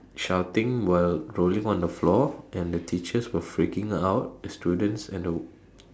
shouting while rolling on the floor and the teachers were freaking out the students and the